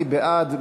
מי בעד?